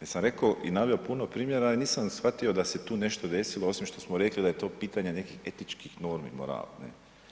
jer sam rekao i naveo puno primjera i nisam shvatio da se tu nešto desilo, osim što smo rekli da je to pitanje nekih etičkih normi i morala.